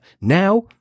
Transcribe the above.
Now